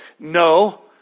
No